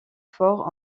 fort